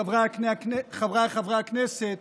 חבריי חברי הכנסת,